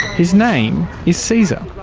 his name is caesar.